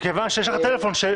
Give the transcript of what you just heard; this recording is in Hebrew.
מכיוון שיש לך טלפון שלי,